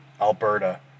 Alberta